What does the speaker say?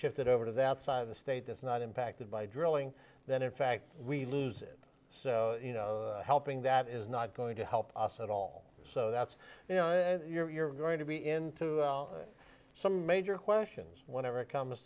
shifted over to that side of the state that's not impacted by drilling that in fact we lose it so you know helping that is not going to help us at all so that's you know if you're going to be into some major questions whenever it comes